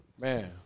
Man